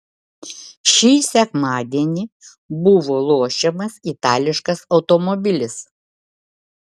šį sekmadienį buvo lošiamas itališkas automobilis